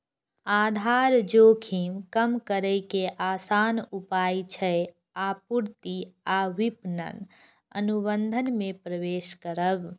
आधार जोखिम कम करै के आसान उपाय छै आपूर्ति आ विपणन अनुबंध मे प्रवेश करब